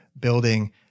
building